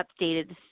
updated